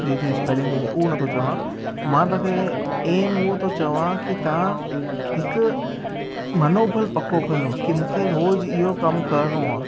जेकी स्पैलिंग थींदी आहे उहो नथो चवां मां तव्हांखे एम उहो थो चवां कि तव्हां हिकु मनोबल पको कयो कि मूंखे रोज़ु इहो कमु करिणो आहे